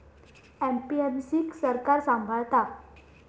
APMC क सरकार सांभाळता